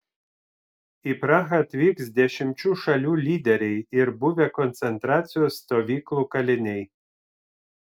į prahą atvyks dešimčių šalių lyderiai ir buvę koncentracijos stovyklų kaliniai